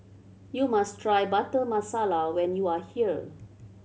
you must try Butter Masala when you are here